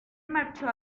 marchó